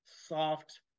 soft